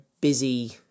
busy